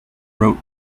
wrote